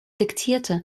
diktierte